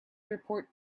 report